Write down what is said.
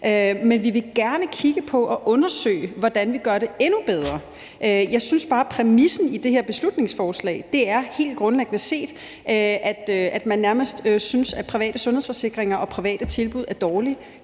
Men vi vil gerne kigge på og undersøge, hvordan vi gør det endnu bedre. Jeg synes bare, at præmissen i det her beslutningsforslag helt grundlæggende er, at man nærmest synes, at private sundhedsforsikringer og private tilbud generelt er